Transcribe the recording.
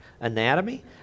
anatomy